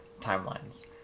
timelines